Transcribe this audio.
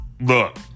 Look